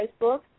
Facebook